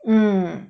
mm